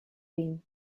been